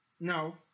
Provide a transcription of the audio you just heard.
No